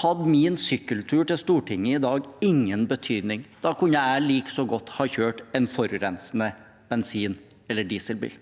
hadde min sykkeltur til Stortinget i dag ingen betydning, da kunne jeg likeså godt ha kjørt en forurensende bensin- eller dieselbil,